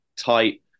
tight